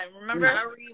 remember